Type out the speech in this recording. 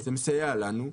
זה מסייע לנו.